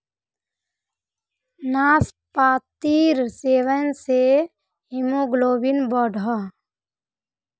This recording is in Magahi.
नास्पातिर सेवन से हीमोग्लोबिन बढ़ोह